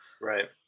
Right